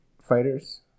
fighters